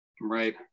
right